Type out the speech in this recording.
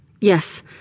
Yes